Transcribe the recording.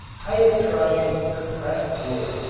hyatt tried compressed wood,